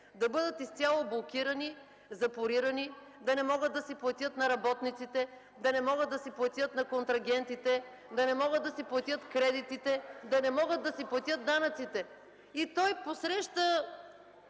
да бъдат изцяло блокирани, запорирани, да не могат да си платят на работниците, да не могат да си платят на контрагентите, да не могат да си платят кредитите, да не могат да си платят данъците. (Шум и реплики